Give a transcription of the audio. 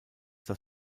das